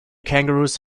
kangaroos